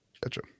Gotcha